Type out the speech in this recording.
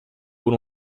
por